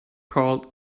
called